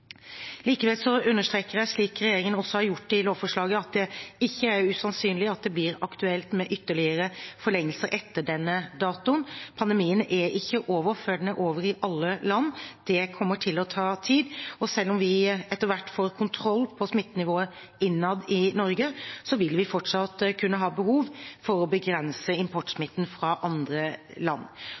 Likevel understreker jeg, slik regjeringen også har gjort i lovforslaget, at det ikke er usannsynlig at det blir aktuelt med ytterligere forlengelse etter denne datoen. Pandemien er ikke over før den er over i alle land. Det kommer til å ta tid. Selv om vi etter hvert får kontroll på smittenivået innad i Norge, vil vi fortsatt kunne ha behov for å begrense importsmitte fra andre land.